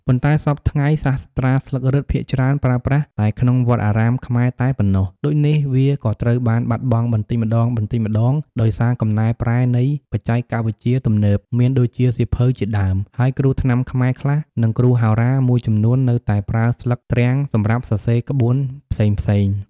ប៉ុន្តែសព្វថ្ងៃសាស្រ្តាស្លឹករឹតភាគច្រើនប្រើប្រាស់តែក្នុងវត្តអារាមខ្មែរតែប៉ុណ្ណោះ ដូចនេះ វាក៏ត្រូវបានបាត់បង់បន្តិចម្តងៗ ដោយសារកំណែប្រែនៃបច្ចេកវិទ្យាទំនើប មាន ដូចជាសៀវភៅជាដើម ហើយគ្រូថ្នាំខ្មែរខ្លះ និងគ្រូហោរាមួយចំនួននៅតែប្រើស្លឹកទ្រាំងសម្រាប់សរសេរក្បួនផ្សេងៗ។